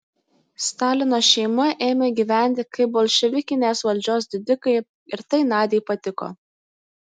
stalino šeima ėmė gyventi kaip bolševikinės valdžios didikai ir tai nadiai patiko